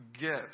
get